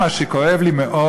מה שכואב לי מאוד,